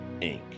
Inc